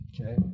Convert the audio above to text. Okay